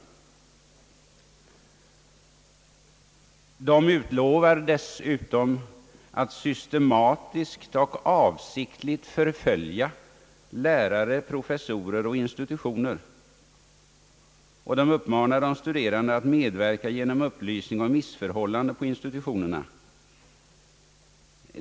Ergo utlovar dessutom att »systematiskt och avsiktligt förfölja lärare, professorer och institutioner» och uppmanar de studerande att medverka genom upplysning om missförhållanden på institutioner.